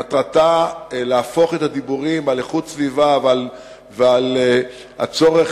מטרתה להפוך את הדיבורים על איכות סביבה ועל הצורך